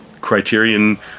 Criterion